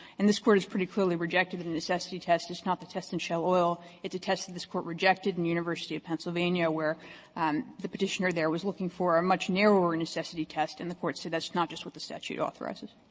and this court has pretty clearly rejected the necessity test. it's not the test in shell oil. it's a test that this court rejected in university of pennsylvania, where the petitioner there was looking for a much narrower necessity test, and the court said that's not just what the statute authorizes.